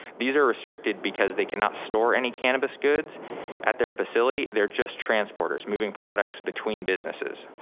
these are restricted because they cannot store any cannabis goods at their facility. they're just transporters, moving products between businesses.